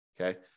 Okay